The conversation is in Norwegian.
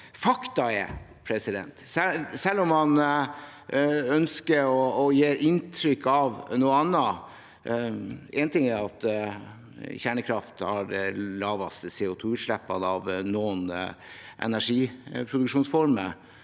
Fakta er – selv om man ønsker å gi inntrykk av noe annet – at kjernekraft har de laveste CO2-utslippene av noen energiproduksjonsformer,